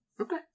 Okay